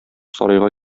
сарайга